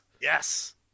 Yes